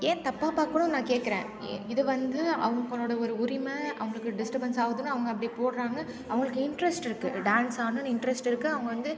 ஏன் தப்பாக பார்க்கணுன்னு நான் கேக்கிறேன் எ இது வந்து அவங்களோட ஒரு உரிமை அவங்களுக்கு டிஸ்டர்பன்ஸ் ஆகுதுன்னு அவங்க அப்படி போடுறாங்க அவங்களுக்கு இன்ட்ரெஸ்ட் இருக்குது டான்ஸ் ஆடணுன்னு இன்ட்ரெஸ்ட் இருக்குது அவங்க வந்து